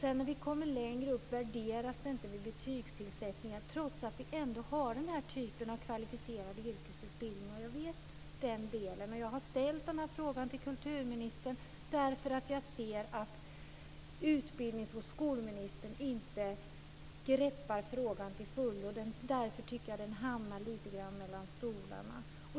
När man sedan kommer längre upp värderas inte detta med betygssättning trots att vi har denna typ av kvalificerade yrkesutbildningar. Jag känner till den här delen. Jag har ställt frågan till kulturministern därför att jag ser att utbildnings och skolministern inte greppar den till fullo. Därför tycker jag att den hamnar lite grann mellan stolarna.